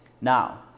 Now